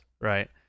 Right